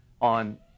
on